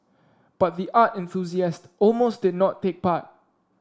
but the art enthusiast almost did not take part